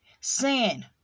Sin